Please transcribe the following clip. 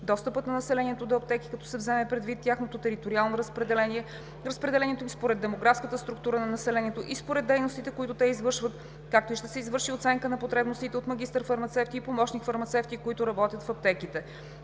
достъпът на населението до аптеки, като се вземе предвид тяхното териториално разпределение, разпределението им според демографската структура на населението и според дейностите, които те извършват, както и ще се извърши оценка на потребностите от магистър-фармацевти и помощник фармацевти, които работят в аптеките.